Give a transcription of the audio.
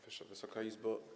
Wysoka Izbo!